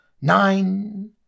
nine